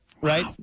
Right